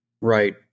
Right